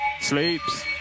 Sleeps